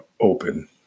open